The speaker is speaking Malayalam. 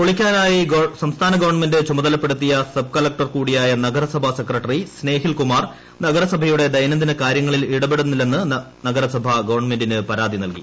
പൊളിക്കാനായി സംസ്ഥാന ഗവൺമെന്റ് ചുമതലപ്പെടുത്തിയ സബ്കലക്ടർ കൂടിയായ നഗരസഭാ സെക്രട്ടറി സ്നേഹിൽകുമാർ നഗരസഭയുടെ ദൈനംദിന കാര്യങ്ങളിൽ ഇടപെടുന്നില്ലെന്ന് മരട് നഗരസഭ ഗവൺമെന്റിന് പരാതി നൽകി